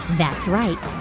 that's right.